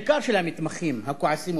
בעיקר של המתמחים הכועסים,